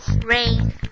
rain